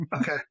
Okay